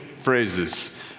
phrases